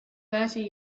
thirty